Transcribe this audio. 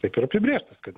taip ir apibrėžtas kad